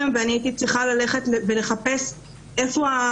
הגברת גבאי על כך שהיא התבקשה להביא פרטים על